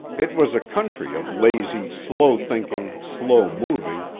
it was a country of lazy, slow-thinking, slow-moving,